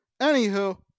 Anywho